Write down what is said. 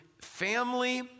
family